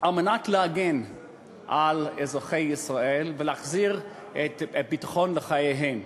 על מנת להגן על אזרחי ישראל ולהחזיר את הביטחון לחייהם,